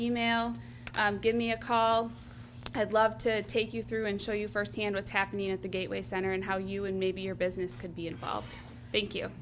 e mail give me a call i'd love to take you through and show you firsthand what's happening at the gateway center and how you and maybe your business could be involved thank you